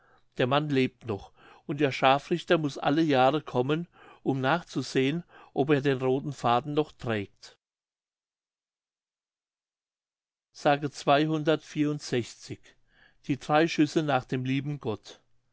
der mann lebt noch und der scharfrichter muß alle jahre kommen um nachzusehen ob er den faden noch trägt mündlich die drei schüsse nach dem lieben gott